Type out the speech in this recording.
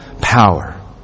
power